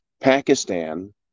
Pakistan